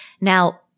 Now